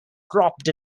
dropped